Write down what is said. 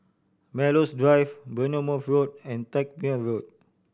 Melrose Drive Bournemouth Road and Tangmere Road